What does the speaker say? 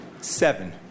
Seven